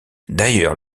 d’ailleurs